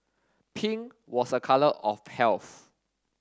pink was a color of health